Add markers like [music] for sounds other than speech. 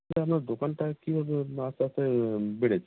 [unintelligible] আপনার দোকানটা কীভাবে আস্তে আস্তে বেড়েছে